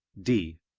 d.